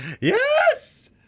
Yes